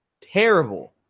Terrible